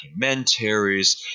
documentaries